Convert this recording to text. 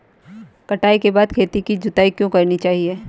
कटाई के बाद खेत की जुताई क्यो करनी चाहिए?